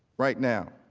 right now.